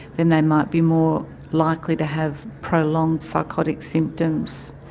then they might be more likely to have prolonged psychotic symptoms.